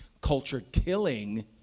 culture-killing